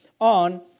on